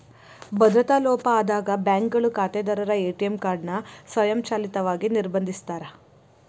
ಭದ್ರತಾ ಲೋಪ ಆದಾಗ ಬ್ಯಾಂಕ್ಗಳು ಖಾತೆದಾರರ ಎ.ಟಿ.ಎಂ ಕಾರ್ಡ್ ನ ಸ್ವಯಂಚಾಲಿತವಾಗಿ ನಿರ್ಬಂಧಿಸಿರ್ತಾರ